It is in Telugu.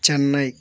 చెన్నై